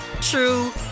true